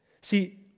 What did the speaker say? See